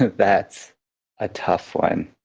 that's a tough one.